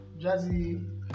Jazzy